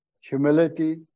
Humility